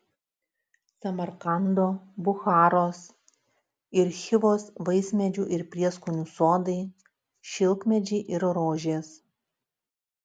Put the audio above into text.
samarkando bucharos ir chivos vaismedžių ir prieskonių sodai šilkmedžiai ir rožės